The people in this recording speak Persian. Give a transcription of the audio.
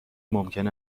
ممکن